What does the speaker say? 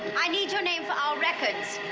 i need your name for our records.